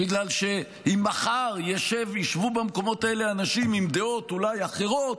בגלל שאם מחר ישבו במקומות האלה אנשים עם דעות אולי אחרות,